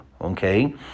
Okay